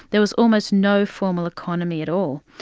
there was almost no formal economy at all.